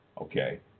Okay